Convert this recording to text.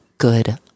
good